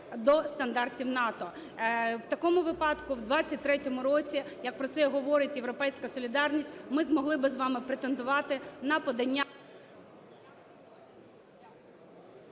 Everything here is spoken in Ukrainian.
до стандартів НАТО. В такому випадку в 23-му році, як про це і говорить "Європейська солідарність", ми змогли би з вами претендувати на подання…